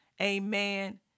Amen